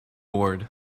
board